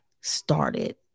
started